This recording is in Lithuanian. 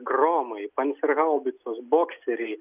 gromai pancerhaubicos bokseriai